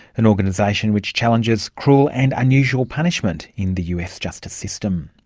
an organisation which challenges cruel and unusual punishment in the us justice system.